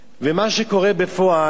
ומה שקורה בפועל,